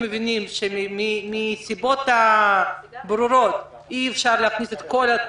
אנחנו מבינים שבשל סיבות ברורות אי אפשר להכניס את כולם.